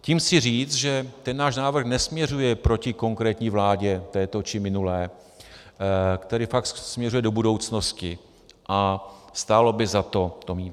Tím chci říct, že náš návrh nesměřuje proti konkrétní vládě této či minulé, který fakt směřuje do budoucnosti, a stálo by za to to mít.